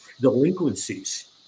delinquencies